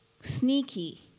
sneaky